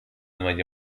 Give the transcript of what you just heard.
مگه